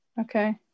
okay